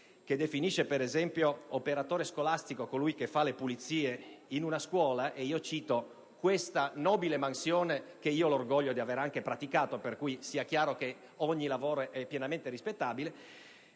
che definisce, per esempio, operatore scolastico colui che fa le pulizie in una scuola - cito questa nobile mansione, che ho l'orgoglio di avere praticato, solo a titolo di esempio; per cui, sia chiaro che ogni lavoro è pienamente rispettabile